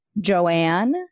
joanne